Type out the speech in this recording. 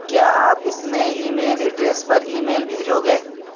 کیا آپ اس نئے ای میل ایڈریس پر ای میل بھیجو گے